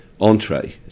entree